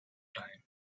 time